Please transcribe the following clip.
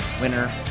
Winner